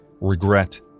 regret